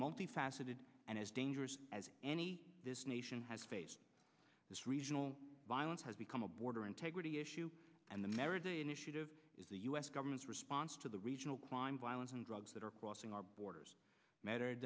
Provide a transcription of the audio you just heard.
multifaceted and as dangerous as any this nation has faced this regional violence has become a border integrity issue and the marriage initiative is the u s government's response to the regional clime violence and drugs that are crossing our borders matter